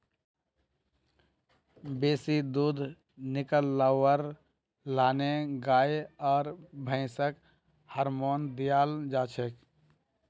बेसी दूध निकलव्वार तने गाय आर भैंसक हार्मोन दियाल जाछेक